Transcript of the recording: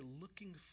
looking